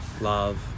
love